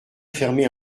fermer